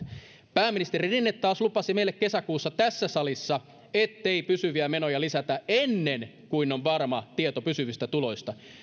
pääministeri rinne taas lupasi meille kesäkuussa tässä salissa ettei pysyviä menoja lisätä ennen kuin on varma tieto pysyvistä tuloista